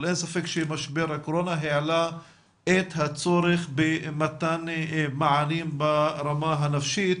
אבל אין ספק שמשבר הקורונה העלה את הצורך במתן מענים ברמה הנפשית,